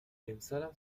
امسالم